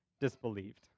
disbelieved